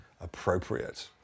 appropriate